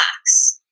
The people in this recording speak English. box